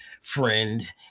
friend